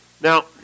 Now